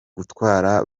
gutwara